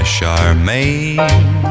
Charmaine